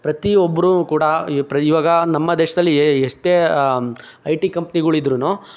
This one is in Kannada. ಪ್ರತಿಯೊಬ್ಬರು ಕೂಡ ಇವಾಗ ನಮ್ಮ ದೇಶದಲ್ಲಿ ಎಷ್ಟೇ ಐ ಟಿ ಕಂಪ್ನಿಗಳಿದ್ರೂ